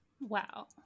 Wow